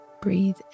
Breathe